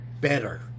better